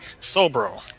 Sobro